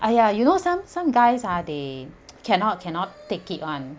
!aiya! you know some some guys ah they cannot cannot take it [one]